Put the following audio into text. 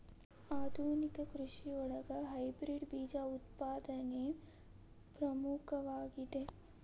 ಆಧುನಿಕ ಕೃಷಿಯೊಳಗ ಹೈಬ್ರಿಡ್ ಬೇಜ ಉತ್ಪಾದನೆ ಪ್ರಮುಖವಾಗಿದೆ